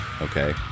Okay